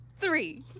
three